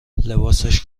لباسش